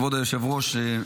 כבוד היושב-ראש,